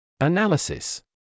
Analysis